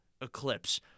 eclipse